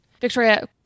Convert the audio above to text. Victoria